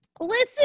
Listen